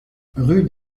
rue